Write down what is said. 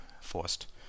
forced